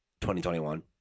2021